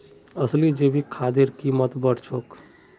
असली जैविक खादेर कीमत बढ़ छेक